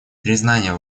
признания